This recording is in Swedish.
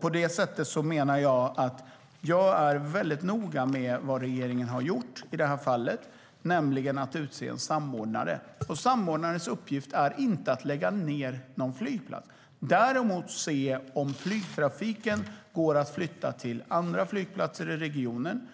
På det sättet menar jag att jag är väldigt noga med vad regeringen har gjort i det här fallet, nämligen utsett en samordnare. Samordnarens uppgift är inte att lägga ned någon flygplats, däremot att se om flygtrafiken går att flytta till andra flygplatser i regionen.